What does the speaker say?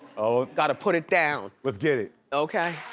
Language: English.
oh. gotta put it down. let's get it. okay.